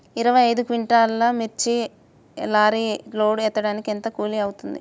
ఇరవై ఐదు క్వింటాల్లు మిర్చి లారీకి లోడ్ ఎత్తడానికి ఎంత కూలి అవుతుంది?